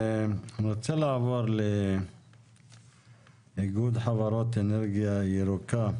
אני רוצה לעבור לאיגוד חברות אנרגיה ירוקה,